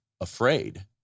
afraid